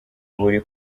buri